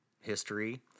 history